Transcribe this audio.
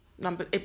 Number